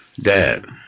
Dad